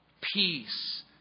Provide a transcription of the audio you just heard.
Peace